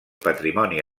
patrimoni